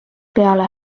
peale